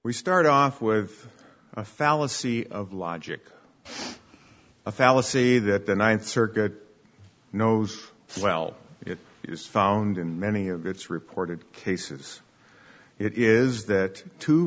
we start off with a fallacy of logic a fallacy that the ninth circuit knows well it is found in many of its reported cases it is that two